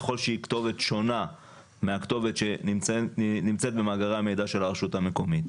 ככול שהיא כתובת שונה מהכתובת שנמצאת במאגרי המידע של הרשות המקומית,